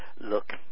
look